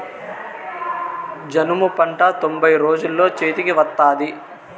జనుము పంట తొంభై రోజుల్లో చేతికి వత్తాది